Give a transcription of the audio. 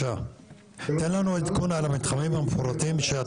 תן לנו עדכון על המתחמים המפורטים,